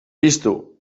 piztu